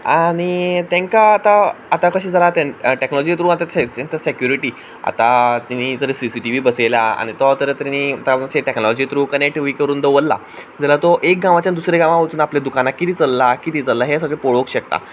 आनी तेंकां आतां आतां कशें जालां टेक्नॉलोजी थ्रू तेंकां सेक्युरिटी आतां तेणी जर सीसीटीव्ही बसयला आनी तो तरेतरेनी टेक्नॉलॉजी कनॅक्ट बी करून दवरला जाल्यार तो एक गांवांच्यान दुसऱ्या गांवां वचून आपल्या दुकानांत कितें चल्लां कितें चल्लां हें सगळें पळोवंक शकता